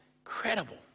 Incredible